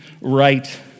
right